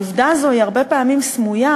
העובדה הזו היא הרבה פעמים סמויה,